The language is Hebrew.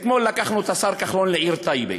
אתמול לקחנו את השר כחלון לעיר טייבה.